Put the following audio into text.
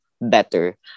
better